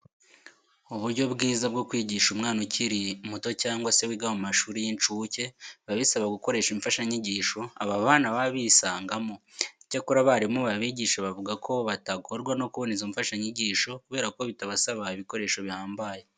Uburyo bwiza bwo kwigisha umwana ukiri muto cyangwa se wiga mu mashuri y'incuke, biba bisaba gukoresha imfashanyigisho aba bana baba bisangamo. Icyakora abarimu babigisha bavuga ko batagorwa no kubona izo mfashanyigisho kubera ko bitabasaba ibikoresho bihambaye.